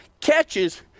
catches